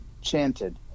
chanted